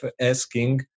asking